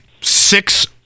six